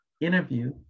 interview